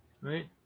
right